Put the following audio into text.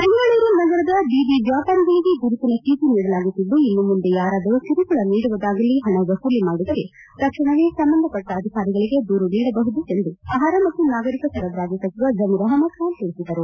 ಬೆಂಗಳೂರು ನಗರದ ಬೀದಿ ವ್ಯಾಪಾರಗಳಿಗೆ ಗುರುತಿನ ಚೀಟ ನೀಡಲಾಗುತ್ತಿದ್ದು ಇನ್ನು ಮುಂದೆ ಯಾರಾದರೂ ಕಿರುಕುಳ ನೀಡುವುದಾಗಲಿ ಪಣ ವಸೂಲಿ ಮಾಡಿದರೆ ತಕ್ಷಣವೇ ಸಂಬಂಧಪಟ್ಟ ಅಧಿಕಾರಿಗಳಿಗೆ ದೂರು ನೀಡಬಹುದು ಎಂದು ಅಹಾರ ಮತ್ತು ನಾಗರೀಕ ಸರಬರಾಜು ಸಚಿವ ಜಮೀರ್ ಅಹ್ನದ್ ಖಾನ್ ತಿಳಿಸಿದರು